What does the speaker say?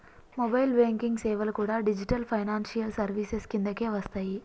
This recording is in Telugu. మొబైల్ బ్యేంకింగ్ సేవలు కూడా డిజిటల్ ఫైనాన్షియల్ సర్వీసెస్ కిందకే వస్తయ్యి